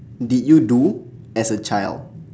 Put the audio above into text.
did you do as a child